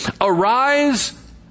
Arise